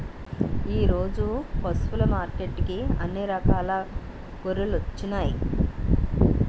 ఈరోజు పశువులు మార్కెట్టుకి అన్ని రకాల గొర్రెలొచ్చినాయ్